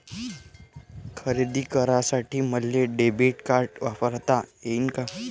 खरेदी करासाठी मले डेबिट कार्ड वापरता येईन का?